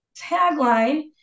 tagline